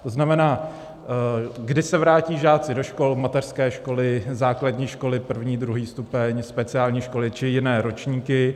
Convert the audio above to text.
To znamená: Kdy se vrátí žáci do škol, mateřské školy, základní školy první, druhý stupeň, speciální školy či jiné ročníky?